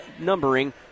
numbering